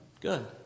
Good